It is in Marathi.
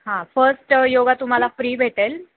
हां फर्स्ट योगा तुम्हाला फ्री भेटेल